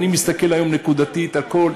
אני מסתכל היום נקודתית על כל עיר,